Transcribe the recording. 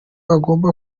agomba